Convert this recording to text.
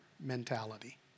mentality